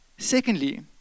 Secondly